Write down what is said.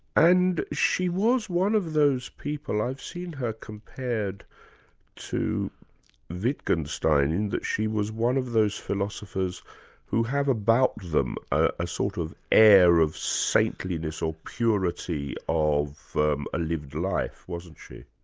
and she was one of those people, i've seen her compared to wittgenstein in that she was one of those philosophers who have about them a sort of air of saintliness or purity of a lived live, wasn't she?